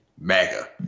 MAGA